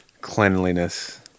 cleanliness